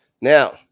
Now